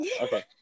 Okay